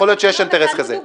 יכול להיות שיש אינטרס כזה.